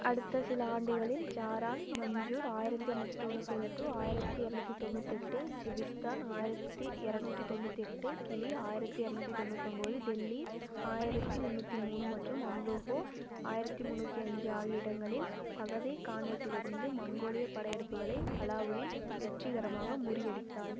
அடுத்த சில ஆண்டுகளில் ஜாரான் மஞ்சூர் ஆயிரத்தி எரநூத்தி தொண்ணூத்தேழு டு ஆயிரத்தி எரநூத்தி தொண்ணூத்தெட்டு சிவிஸ்தான் ஆயிரத்தி எரநூத்தி தொண்ணூத்தெட்டு கிளி ஆயிரத்தி எரநூத்தி தொண்ணூத்தொம்போது டெல்லி ஆயிரத்தி முந்நூற்றி மூணு மற்றும் அம்ரோஹா ஆயிரத்தி முந்நூற்றி அஞ்சு ஆகிய இடங்களில் சகதை கானேட்டிலிருந்து மங்கோலிய படையெடுப்புகளை அலாவுதீன் வெற்றிகரமாக முறியடித்தார்